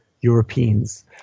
Europeans